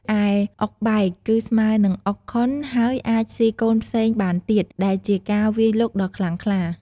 ឯពាក្យ អុកបែក គឺស្មើរនិងអុកខុនហើយអាចស៊ីកូនផ្សេងបានទៀត ដែលជាការវាយលុកដ៏ខ្លាំងក្លា។